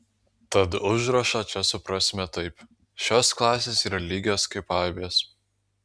tad užrašą čia suprasime taip šios klasės yra lygios kaip aibės